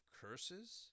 curses